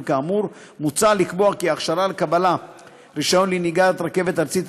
כאמור: מוצע לקבוע כי הכשרה לקבלת רישיון לנהיגת רכבת ארצית,